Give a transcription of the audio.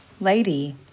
lady